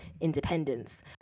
independence